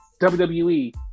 WWE